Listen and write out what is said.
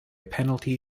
penalty